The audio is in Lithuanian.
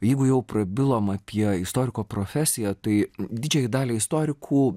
jeigu jau prabilom apie istoriko profesiją tai didžiajai daliai istorikų